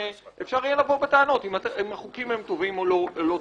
אפשר יהיה לבוא בטענות אם החוקים טובים או לא טובים.